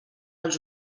als